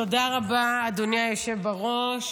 תודה רבה, אדוני היושב בראש.